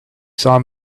saw